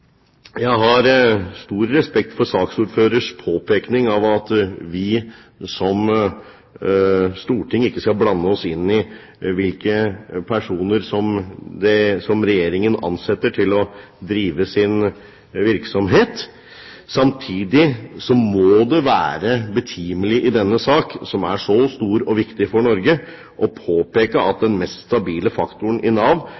Jeg har stor respekt for saksordførerens påpeking av at vi som storting ikke skal blande oss inn i hvilke personer Regjeringen ansetter. Samtidig må det være betimelig i denne sak – som er så stor og viktig for Norge – å påpeke at den mest stabile faktoren i Nav